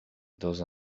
dans